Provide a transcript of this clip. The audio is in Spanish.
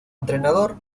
entrenador